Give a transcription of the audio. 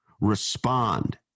respond